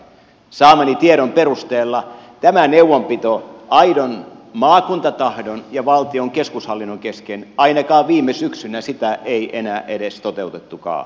saamani tiedon perusteella tätä neuvon pitoa aidon maakuntatahdon ja valtion keskushallinnon kesken ainakaan viime syksynä ei enää edes toteutettukaan